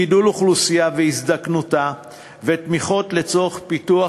גידול האוכלוסייה והזדקנותה ותמיכות לצורך פיתוח